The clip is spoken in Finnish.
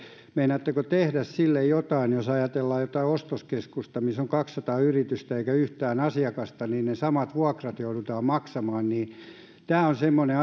meinaatteko tehdä sille jotain jos ajatellaan jotain ostoskeskusta missä on kaksisataa yritystä eikä yhtään asiakasta niin ne samat vuokrat joudutaan maksamaan tämä on semmoinen